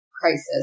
crisis